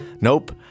Nope